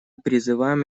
призываем